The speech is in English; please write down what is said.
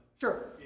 Sure